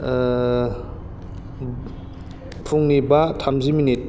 फुंनि बा थामजि मिनिट